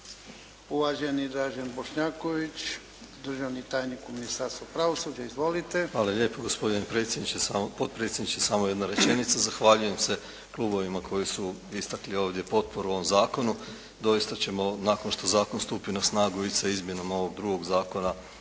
Uvaženi Dražen Bošnjaković, državni tajnik u Ministarstvu pravosuđa. Izvolite. **Bošnjaković, Dražen (HDZ)** Hvala lijepo, gospodine potpredsjedniče. Samo jedna rečenica. Zahvaljujem se klubovima koji su istakli ovdje potporu ovom zakonu. Doista ćemo nakon što zakon stupi na snagu ići sa izmjenom ovog drugog zakona